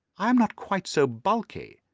i am not quite so bulky,